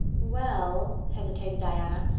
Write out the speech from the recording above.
well, hesitated diana,